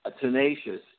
tenacious